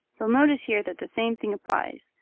you'll notice here that the same thing applies.